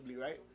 right